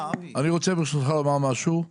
אני רוצה ברשות לומר משהו.